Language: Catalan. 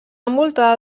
envoltada